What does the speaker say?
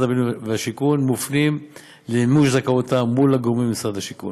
הבינוי והשיכון מפרסם מופנים למימוש זכאותם אל הגורמים במשרד השיכון.